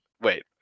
Wait